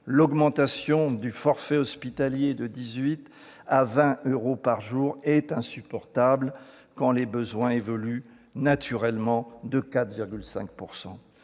l'augmentation du forfait hospitalier de 18 euros à 20 euros par jour, est insupportable quand les besoins évoluent naturellement de 4,5